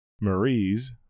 Marie's